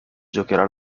giocherà